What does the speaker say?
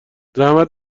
زحمت